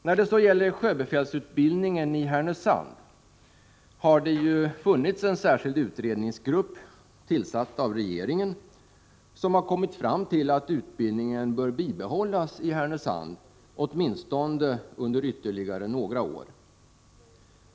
När det så gäller sjöbefälsutbildningen i Härnösand har det funnits en särskild utredningsgrupp, tillsatt av regeringen, som har kommit fram till att utbildningen bör bibehållas i Härnösand åtminstone under ytterligare några år.